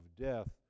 death